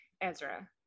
Ezra